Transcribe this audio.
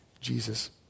Jesus